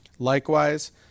Likewise